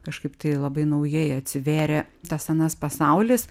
kažkaip tai labai naujai atsivėrė tas anas pasaulis